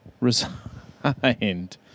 resigned